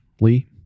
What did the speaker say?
Lee